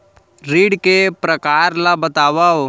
ऋण के परकार ल बतावव?